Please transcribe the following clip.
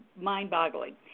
mind-boggling